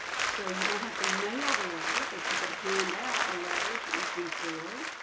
so you don't have to mail the letter, but you could hand out a letter to each employee.